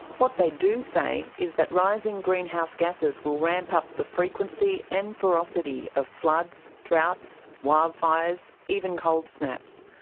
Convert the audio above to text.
what they do say is that rising greenhouse gases will ramp up the frequency and ferocity of floods, droughts, wildfires, even cold snaps.